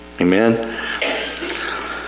Amen